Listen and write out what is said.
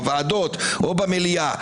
בוועדות או במליאה,